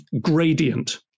gradient